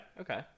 okay